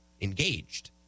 engaged